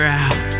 out